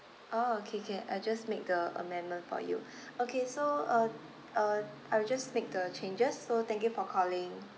oh okay can I just make the amendment for you okay so uh uh I will just make the changes so thank you for calling